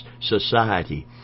society